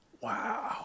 Wow